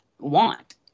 want